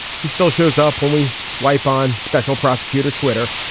he still shows up when we swipe on special prosecutor twitter.